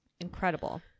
Incredible